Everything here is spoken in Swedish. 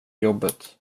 jobbet